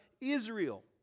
Israel